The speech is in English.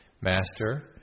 Master